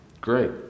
Great